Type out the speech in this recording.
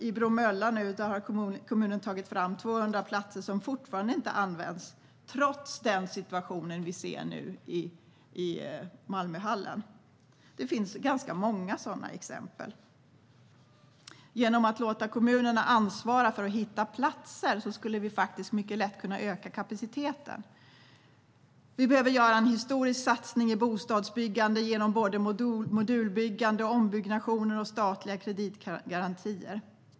I Bromölla har kommunen tagit fram 200 platser som fortfarande inte används, trots situationen som nu råder i Malmö. Det finns ganska många sådana exempel. Genom att låta kommunerna ansvara för att hitta platser skulle vi mycket lätt kunna öka kapaciteten. Vi behöver göra en historisk satsning i bostadsbyggande genom både modulbyggande, ombyggnationer och statliga kreditgarantier.